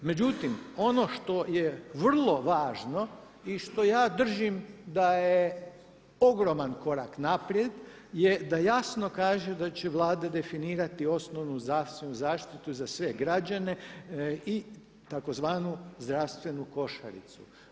Međutim ono što je vrlo važno i što ja držim da je ogroman korak naprijed je da jasno kaže da će Vlada definirati osnovnu zdravstvenu zaštitu za sve građane i tzv. zdravstvenu košaricu.